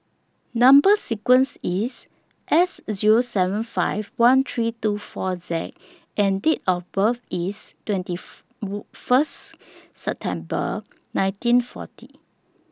Number sequence IS S Zero seven five one three two four Z and Date of birth IS twenty First September nineteen forty